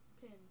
pins